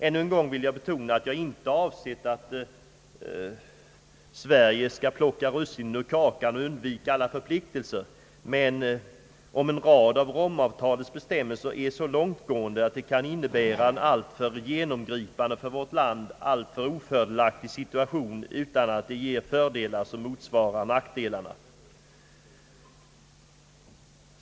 Ännu en gång vill jag betona att jag inte avsett att Sverige skall plocka russinen ur kakan och undvika alla förpliktelser, men en rad av Romavtalets bestämmelser är så långtgående att de kan innebära en alltför genomgripande och för vårt land alltför ofördelaktig situation utan att ge fördelar som motväger nackdelarna.